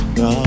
no